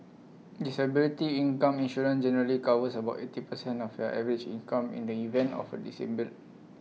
disability income insurance generally covers about eighty percent of your average income in the event of A dissemble